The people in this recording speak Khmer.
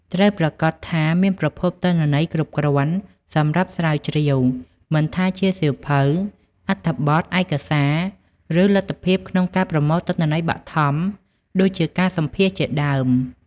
ត្រូវប្រាកដថាមានប្រភពទិន្នន័យគ្រប់គ្រាន់សម្រាប់ស្រាវជ្រាវ មិនថាជាសៀវភៅ អត្ថបទ ឯកសារ ឬលទ្ធភាពក្នុងការប្រមូលទិន្នន័យបឋម ដូចជាការសម្ភាសន៍ជាដើម។